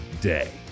day